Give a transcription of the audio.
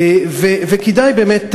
וכדאי באמת,